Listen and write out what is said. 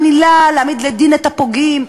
אין עילה להעמיד לדין את הפוגעים.